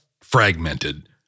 fragmented